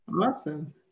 Awesome